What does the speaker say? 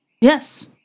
Yes